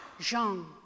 Jean